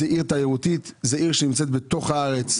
זאת עיר תיירותית, זו עיר שנמצאת בתוך הארץ,